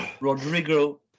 Rodrigo